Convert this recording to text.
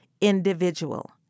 individual